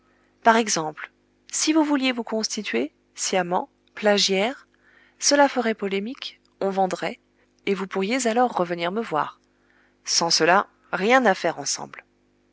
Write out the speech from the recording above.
par exemple si vous vouliez vous constituer sciemment plagiaire cela ferait polémique on vendrait et vous pourriez alors revenir me voir sans cela rien à faire ensemble